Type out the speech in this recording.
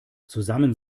zusammen